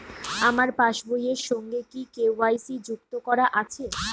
আমার পাসবই এর সঙ্গে কি কে.ওয়াই.সি যুক্ত করা আছে?